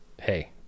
hey